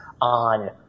on